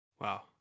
Wow